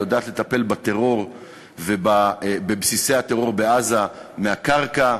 והיא יודעת לטפל בטרור ובבסיסי הטרור בעזה מהקרקע,